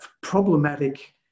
problematic